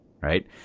right